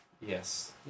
Yes